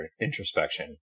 introspection